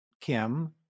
Kim